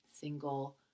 single